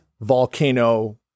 volcano